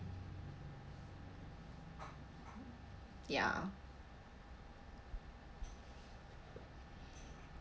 ya